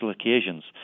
occasions